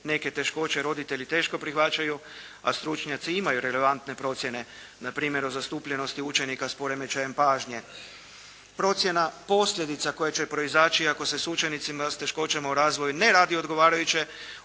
neke teškoće roditelji teško prihvaćaju, a stručnjaci imaju relevantne procjene. Na primjer o zastupljenosti učenika s poremećajem pažnje, procjena posljedica koje će proizaći ako se učenicima s teškoćama u razvoju ne radi odgovarajuće,